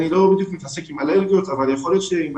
אני לא מתעסק עם אלרגיות אבל יכול להיות שיש